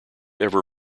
ever